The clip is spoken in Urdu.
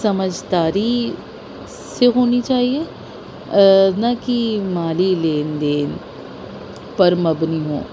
سمجھداری سے ہونی چاہیے نہ کہ مالی لین دین پر مبنی ہووں